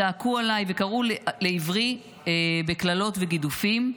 צעקו עליי וקראו לעברי קללות וגידופים.